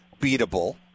beatable